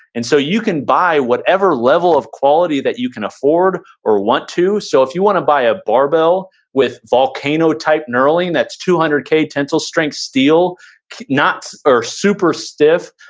and so you can buy whatever level of quality that you can afford or want to. so if you wanna buy a barbell with volcano-type knurling, that's two hundred k tensile strength steel nuts are super stiff,